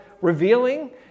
revealing